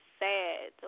sad